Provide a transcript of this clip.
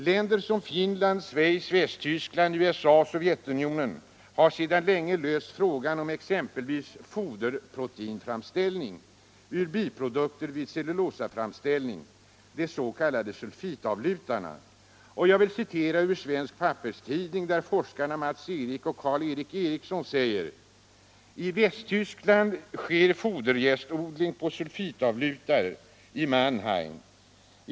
Länder som Finland, Schweiz, Västtyskland, USA och Sovjetunionen har sedan länge löst frågan om exempelvis foderproteinframställning ur biprodukter vid cellulosaframställning, de s.k. sulfitavlutarna. Jag citerar ur Svensk Papperstidning, där forskarna Mats Ek och Karl-Erik Eriksson säger: ”I Västtyskland sker foderjästodling på sulfitavlutar ———- i Mannheim.